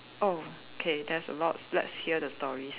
oh okay that's a lot let's hear the story